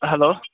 hello